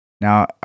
Now